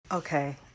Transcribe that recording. Okay